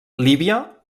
líbia